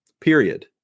period